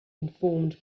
informed